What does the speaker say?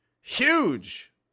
huge